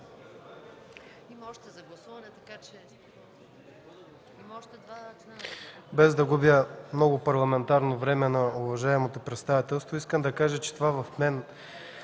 Без да губя много парламентарно време на уважаемото представителство искам да кажа, че последният